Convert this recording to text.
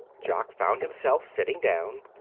jock found himself sitting down,